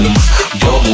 bubble